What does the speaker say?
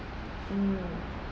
mm